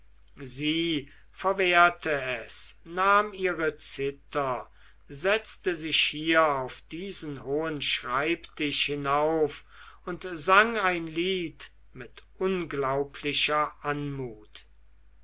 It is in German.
sie verwehrte es nahm ihre zither setzte sich hier auf diesen hohen schreibtisch hinauf und sang ein lied mit unglaublicher anmut